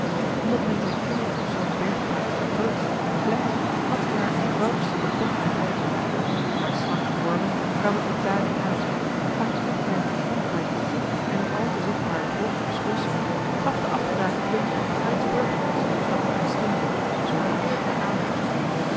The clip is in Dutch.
omdat men zijn kleeren op zoo'n bergpaard verkreukelt en bevlekt had zij haar eenvoudigste japon aangetrokken haar slanke vormen kwamen ook daarin uit maar gevoegd bij een verfonfaaid hoedje en een al te marcellus emants een nagelaten bekentenis zichtbaar grof schoeisel gaf de afgedragen plunje haar iets burgerlijks dat me ontstemde zoo dikwijls het mijn aandacht trok